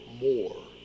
more